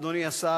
אדוני השר,